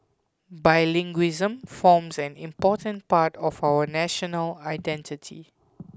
bilingualism forms an important part of our national identity